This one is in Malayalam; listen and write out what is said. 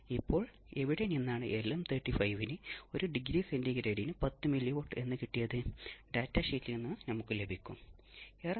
അതിനാൽ ഓസിലേറ്ററുകളുടെ തരങ്ങൾ അല്ലെങ്കിൽ വർഗ്ഗീകരണം ഇവയാണ്